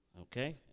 Okay